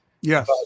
Yes